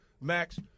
Max